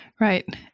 Right